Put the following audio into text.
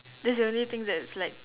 that's the only thing that's like